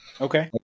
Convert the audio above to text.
Okay